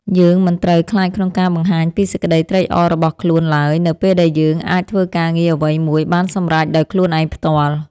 យើងមិនត្រូវខ្លាចក្នុងការបង្ហាញពីសេចក្ដីត្រេកអររបស់ខ្លួនឡើយនៅពេលដែលយើងអាចធ្វើការងារអ្វីមួយបានសម្រេចដោយខ្លួនឯងផ្ទាល់។